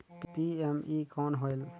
PME कौन होयल?